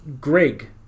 Greg